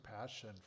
passion